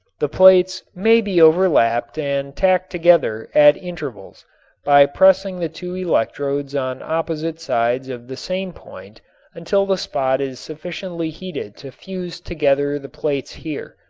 the plates may be overlapped and tacked together at intervals by pressing the two electrodes on opposite sides of the same point until the spot is sufficiently heated to fuse together the plates here.